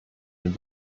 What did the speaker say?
den